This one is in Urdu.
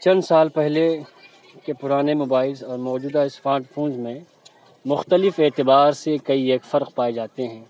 چند سال پہلے کے پُرانے موبائلس اور موجودہ اسمارٹ فون میں مختلف اعتبار سے کئی ایک فرق پائے جاتے ہیں